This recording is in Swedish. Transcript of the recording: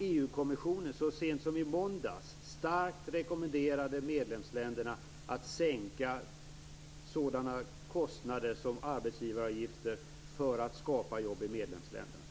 EU kommissionen så sent som i måndags starkt medlemsländerna att sänka sådana kostnader som arbetsgivaravgifterna för att skapa jobb i medlemsländerna.